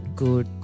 good